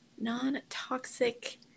non-toxic